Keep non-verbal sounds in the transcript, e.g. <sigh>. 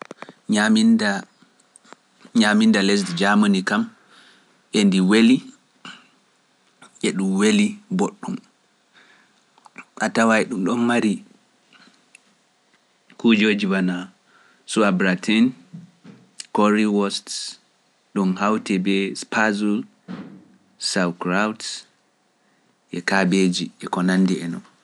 <noise> Nyaminda ñaminda lesdi jaamandi kam endi weli e ɗum weli mboɗɗum a tawa e ɗum ɗon mari kuujooji wanaa suwabra teen kori wost ɗum hawti e beye spasol sawu kraut e kaaɓeeji e ko nandi e noo.